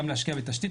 גם להשקיע בתשתית.